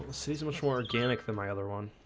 season much more organic than my other one